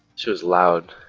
shows loud